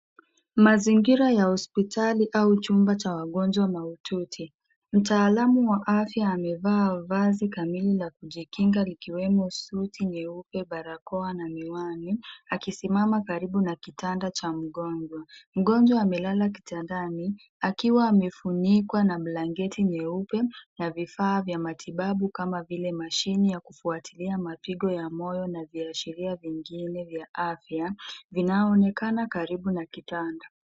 Mazingira ya hospitali au chumba cha wagonjwa mahututi. Mtaalamu wa afya amevaa vazi kamili la kujikingfa likiwemo suti nyeupe, barakoa na miwani, akisimama karibu na kitanda cha mgonjwa. Mgonjwa amelala kitandani ,akiwa amefunikwa na blanketi nyeupe na vifaa vya matibabu kama vile mashini ya kufuatilia mapingo ya moyo na viashiria vyengine vya afya ,vinaonekana karibu na kitanda.